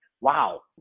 Wow